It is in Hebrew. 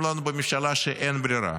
בממשלה שאין ברירה,